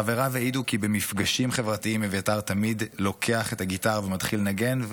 חבריו העידו כי במפגשים חברתיים אביתר תמיד לוקח את הגיטרה ומתחיל לנגן,